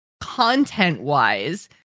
content-wise